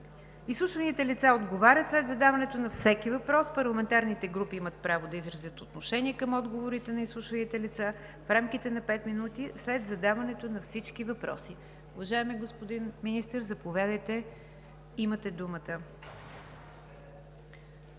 Изслушваните лица отговарят след задаването на всеки въпрос. Парламентарните групи имат право да изразят отношение към отговорите на изслушваните лица в рамките на пет минути след задаването на всички въпроси.“ Уважаеми господин Министър, заповядайте, имате думата.